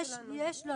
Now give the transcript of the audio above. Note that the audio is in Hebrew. לא,